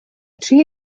tri